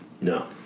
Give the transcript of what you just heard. No